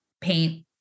paint